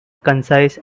concise